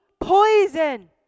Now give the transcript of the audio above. poison